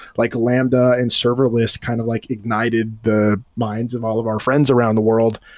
like lambda and server list kind of like ignited the minds of all of our friends around the world.